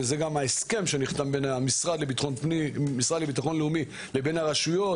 וזה גם ההסכם שנחתם בין המשרד לביטחון לאומי לבין הרשויות,